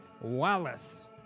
Wallace